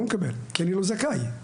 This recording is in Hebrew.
כי אני לא זכאי.